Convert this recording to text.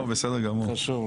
בסדר גמור.